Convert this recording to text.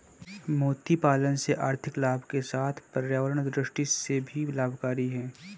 मोती पालन से आर्थिक लाभ के साथ पर्यावरण दृष्टि से भी लाभकरी है